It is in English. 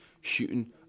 shooting